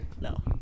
No